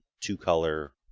two-color